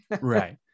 Right